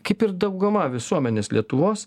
kaip ir dauguma visuomenės lietuvos